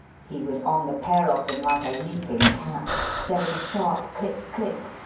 he was on the pair of them like a leaping cat there was a sharp click-click,